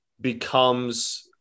becomes